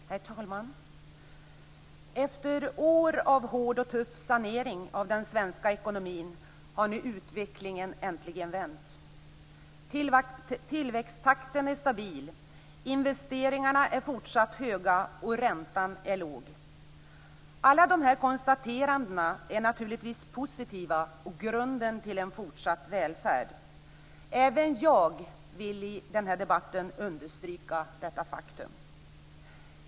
Herr talman! Efter år av hård och tuff sanering av den svenska ekonomin har nu utvecklingen äntligen vänt. Tillväxttakten är stabil. Investeringarna är fortsatt höga, och räntan är låg. Alla de här konstaterandena är naturligtvis positiva, och de utgör grunden för en fortsatt välfärd. Även jag vill i den här debatten understryka detta faktum.